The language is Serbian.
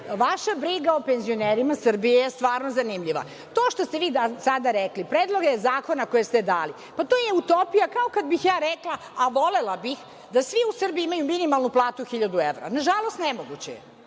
Vaša briga o penzionerima Srbije je stvarno zanimljiva. To što ste vi sada rekli, predloge zakona koje ste dali, pa to je utopija, kao kad bih ja rekla, a volela bih, da svi u Srbiji imaju minimalnu platu od 1.000 evra. Nažalost, nemoguće je.